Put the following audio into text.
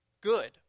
good